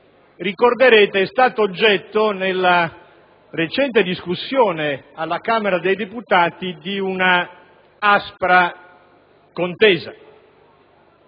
ricorderete, è stato oggetto, nella recente discussione alla Camera dei deputati, di una aspra contesa.